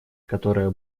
которое